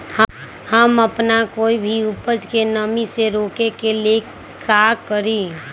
हम अपना कोई भी उपज के नमी से रोके के ले का करी?